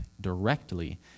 directly